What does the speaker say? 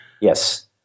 Yes